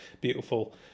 beautiful